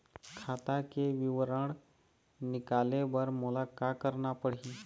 खाता के विवरण निकाले बर मोला का करना पड़ही?